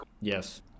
yes